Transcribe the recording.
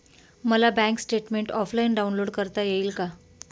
मला bank statement offline download करता येईल का?